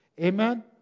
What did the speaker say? Amen